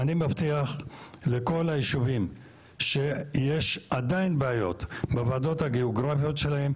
אני מבטיח לכל היישובים שיש עדיין בעיות בוועדות הגיאוגרפיות שלהם,